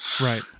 Right